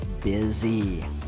busy